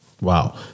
Wow